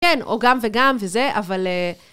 כן, או גם וגם וזה, אבל אה...